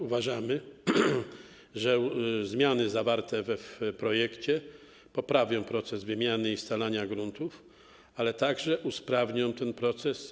Uważamy, że zmiany zawarte w projekcie poprawią proces wymiany i scalania gruntów, a także usprawnią ten proces.